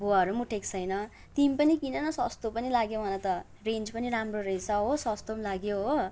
भुवाहरू पनि उठेको छैन तिमी पनि किन न सस्तो पनि लाग्यो मलाई त रेन्ज पनि राम्रो रहेछ हो सस्तो पनि लाग्यो हो